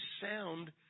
sound